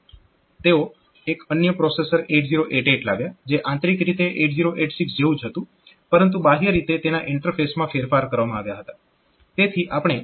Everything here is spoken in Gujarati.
તેઓ એક અન્ય પ્રોસેસર 8088 લાવ્યા જે આંતરીક રીતે 8086 જેવું જ હતું પરંતુ બાહ્ય રીતે તેના ઇન્ટરફેસમાં ફેરફાર કરવામાં આવ્યા હતા